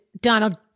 Donald